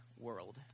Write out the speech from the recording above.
world